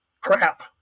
crap